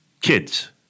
Kids